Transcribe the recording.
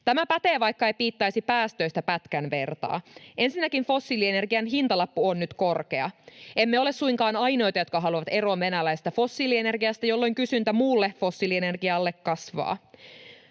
Tämä pätee, vaikka ei piittaisi päästöistä pätkän vertaa. Ensinnäkin, fossiilienergian hintalappu on nyt korkea. Emme ole suinkaan ainoita, jotka haluavat eroon venäläisestä fossiilienergiasta, jolloin kysyntä muulle fossiilienergialle kasvaa.